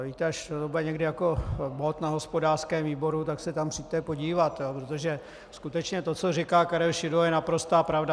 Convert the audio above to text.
Víte, až to bude někdy jako bod na hospodářském výboru, tak se tam přijďte podívat, protože skutečně to, co říká Karel Šidlo, je naprostá pravda.